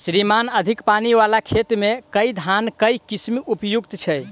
श्रीमान अधिक पानि वला खेत मे केँ धान केँ किसिम उपयुक्त छैय?